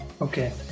Okay